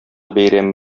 бәйрәме